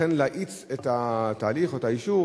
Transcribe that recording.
לכן, להאיץ את התהליך או את האישור.